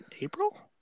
April